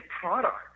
product